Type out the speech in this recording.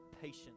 patience